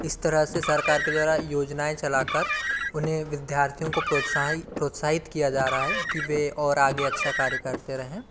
इस तरह से सरकार के द्वारा योजनाऍं चलाकर उन्हे विद्यार्थियों को प्रोत्साहित प्रोत्साहित किया जा रहा है कि वे और आगे अच्छा कार्य करते रहें